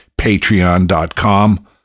patreon.com